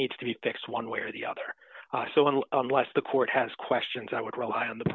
needs to be fixed one way or the other so and unless the court has questions i would rely on the